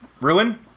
ruin